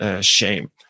shame